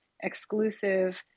exclusive